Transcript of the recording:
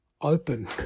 open